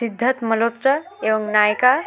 সিদ্ধার্থ মালহোত্রা এবং নায়িকা